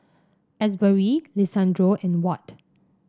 Asbury Lisandro and Watt